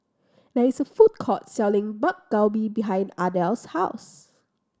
there is a food court selling Dak Galbi behind Ardell's house